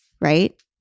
Right